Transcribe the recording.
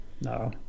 No